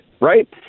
right